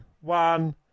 One